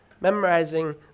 memorizing